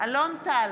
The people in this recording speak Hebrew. אלון טל,